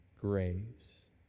grace